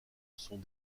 sont